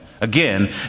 Again